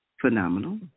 phenomenal